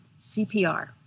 CPR